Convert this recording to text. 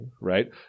right